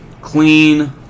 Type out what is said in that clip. clean